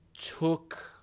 took